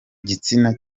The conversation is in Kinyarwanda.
gitsina